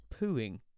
pooing